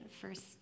first